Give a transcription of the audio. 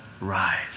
rise